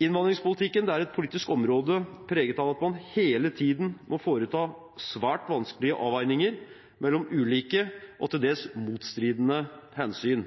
Innvandringspolitikken er et politisk område preget av at man hele tiden må foreta svært vanskelige avveininger mellom ulike og til dels motstridende hensyn.